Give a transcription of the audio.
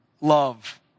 Love